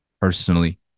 personally